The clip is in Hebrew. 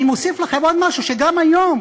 אני מוסיף לכם עוד משהו: גם היום,